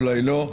אולי לא היחידה,